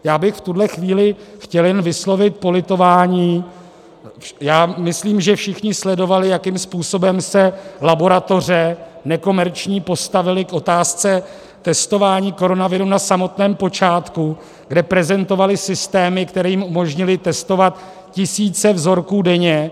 Já bych v tuhle chvíli chtěl jen vyslovit politování, myslím, že všichni sledovali, jakým způsobem se laboratoře nekomerční postavily k otázce testování koronaviru na samotném počátku, kde prezentovaly systémy, které jim umožnily testovat tisíce vzorků denně.